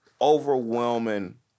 overwhelming